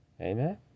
Amen